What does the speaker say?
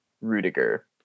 Rudiger